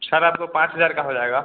छड़ आपको पाँच हज़ार का हो जाएगा